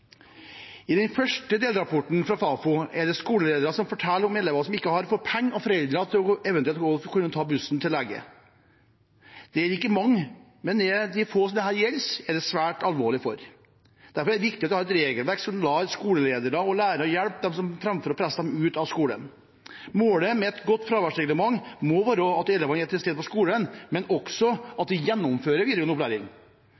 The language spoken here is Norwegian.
I den første delrapporten fra Fafo er det skoleledere som forteller om elever som ikke har fått penger av foreldrene til eventuelt å kunne ta bussen til lege. Det er ikke mange, men de få dette gjelder, er det svært alvorlig for. Derfor er det viktig at vi har et regelverk som lar skoleledere og lærere hjelpe dem, framfor å presse dem ut av skolen. Målet med et godt fraværsreglement må være at elevene er til stede på skolen, men også